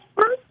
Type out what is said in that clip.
first